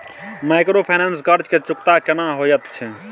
Microfinance में कर्ज के चुकता केना होयत छै?